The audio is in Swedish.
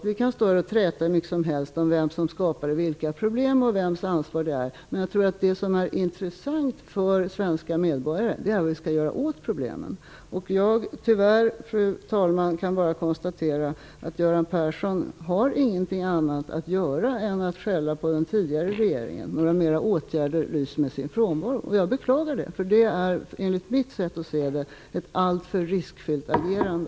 Vi kan stå här och träta hur mycket som helst om vem som skapade vilka problem och vems ansvar det är, men jag tror att det som är intressant för svenska medborgare är vad vi skall göra åt problemen. Fru talman! Jag kan tyvärr bara konstatera att Göran Persson inte kan göra något annat än att skälla på den föregående regeringen. Åtgärderna lyser med sin frånvaro. Jag beklagar det. Det är enligt mitt sätt att se det ett alltför riskfyllt agerande.